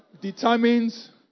determines